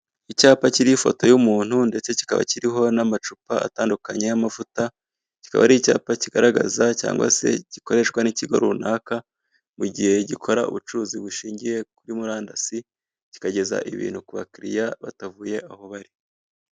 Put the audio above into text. Icyapa kiriho ifoto y'umuntu ndetse cyikaba kiriho n'amacupa atandukanye y'amavuta cyikaba ari icyapa kigaragaza cyangwa se gikoreshwa n'ikigo runaka mugihe gikora ubucuruzi bushingiye kuri murandasi kikageza ibintu kubakiriya batavuye aho bari.